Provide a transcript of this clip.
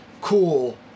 Cool